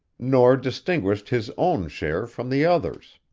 nor distinguished his own share from the other's.